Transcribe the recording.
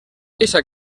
eixa